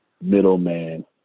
middleman